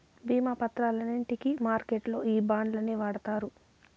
భీమా పత్రాలన్నింటికి మార్కెట్లల్లో ఈ బాండ్లనే వాడుతారు